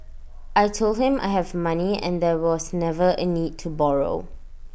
I Told him I have money and there was never A need to borrow